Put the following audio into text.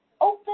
open